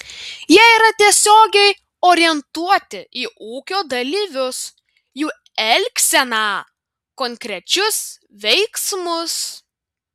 jie yra tiesiogiai orientuoti į ūkio dalyvius jų elgseną konkrečius veiksmus